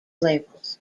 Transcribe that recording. labels